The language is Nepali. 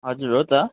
हजुर हो त